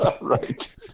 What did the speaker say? right